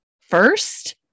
first